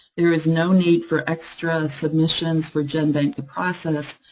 there is no need for extra submissions for genbank to process,